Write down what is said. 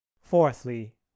fourthly